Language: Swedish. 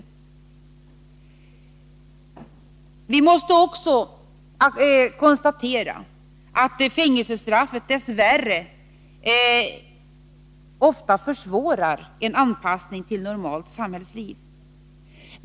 Men vi måste också konstatera att fängelsestraffet dess värre ofta försvårar en anpassning till normalt samhällsliv.